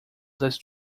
das